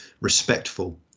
respectful